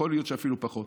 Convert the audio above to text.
יכול להיות שאפילו פחות.